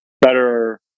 better